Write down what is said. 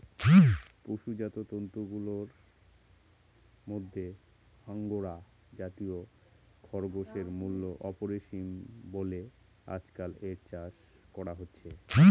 পশুজাত তন্তুগুলার মধ্যে আঙ্গোরা জাতীয় খরগোশের মূল্য অপরিসীম বলে আজকাল এর চাষ করা হচ্ছে